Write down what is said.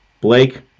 blake